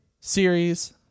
series